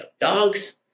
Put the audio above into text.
dogs